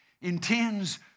intends